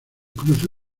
cruce